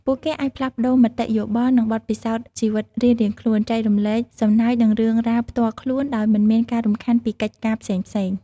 ពួកគេអាចផ្លាស់ប្តូរមតិយោបល់និងបទពិសោធន៍ជីវិតរៀងៗខ្លួន ចែករំលែកសំណើចនិងរឿងរ៉ាវផ្ទាល់ខ្លួនដោយមិនមានការរំខានពីកិច្ចការផ្សេងៗ។